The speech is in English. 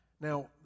Now